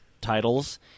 titles